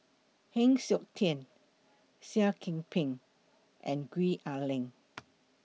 Heng Siok Tian Seah Kian Peng and Gwee Ah Leng